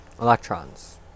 Electrons